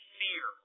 fear